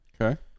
Okay